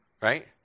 right